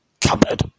cupboard